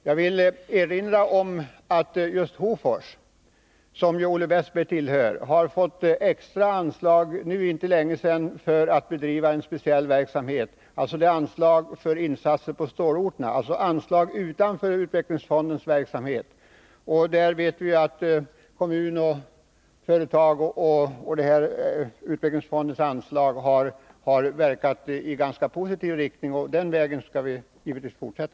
Jag vill erinra om att just Hofors, som ju är Olle Westbergs hemort, för inte länge sedan fick extra anslag för att man skall kunna bedriva en speciell verksamhet. Det gällde anslag till stålorterna, dvs. anslag utanför ramen för utvecklingsfonden. Vi vet ju att där har kommun, företag och utvecklingsfondens anslag verkat i ganska positiv riktning. På den vägen skall vi givetvis fortsätta.